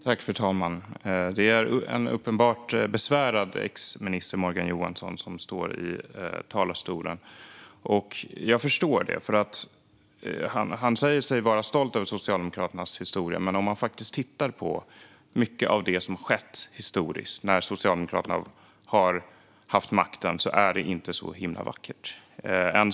Fru talman! Det är en uppenbart besvärad ex-minister som står i talarstolen, och jag förstår det. Han säger sig vara stolt över Socialdemokraternas historia, men om man faktiskt tittar på mycket av det som skett historiskt när Socialdemokraterna har haft makten ser man att det inte är så himla vackert.